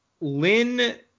Lynn